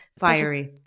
fiery